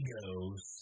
goes